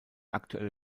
aktuelle